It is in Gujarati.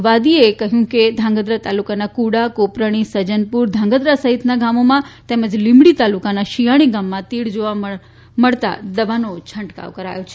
બાદીએ કહ્યું કે ધાંગધ્રા તાલુકાના કુડા કોપરણી સજનપુર ધાંગધ્રા સહિતના ગામોમાં તેમજ લીંબડી તાલુકાના શિયાણી ગામમાં તીડ જોવા મળતા દવાનો છંટકાવ કરાયો છે